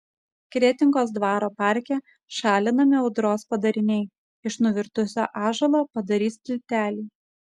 kretingos dvaro parke šalinami audros padariniai iš nuvirtusio ąžuolo padarys tiltelį